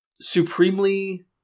supremely